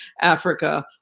Africa